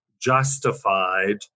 justified